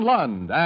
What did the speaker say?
Lund